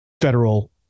Federal